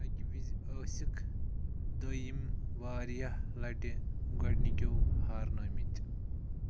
اَکہِ وِزِ ٲسِکھ دۄیِم واریاہ لَٹہِ گۄڈٕنِکیو ہارنٲمٕتۍ